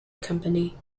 company